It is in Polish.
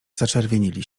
zaczerwienili